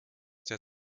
der